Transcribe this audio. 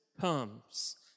comes